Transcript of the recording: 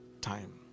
time